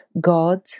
God